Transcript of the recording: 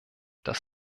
dass